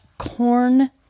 Corn